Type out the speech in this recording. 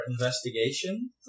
investigation